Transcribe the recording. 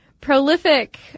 Prolific